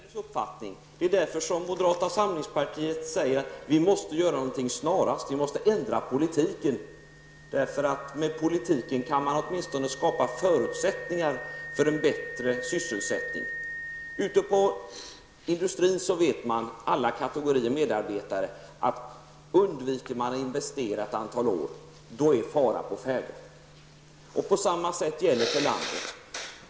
Herr talman! Mona Sahlin säger att utvecklingen inte är ödesbestämd. Jag delar hennes uppfattning. Det är därför som moderata samlingspartiet säger att vi måste göra någonting snarast. Vi måste ändra politiken, för med politiken kan man åtminstone skapa förutsättningar för en bättre sysselsättning. Ute i industrin vet alla kategorier medarbetare att undviker man att investera ett antal år, då är fara på färde. Det samma gäller för landet.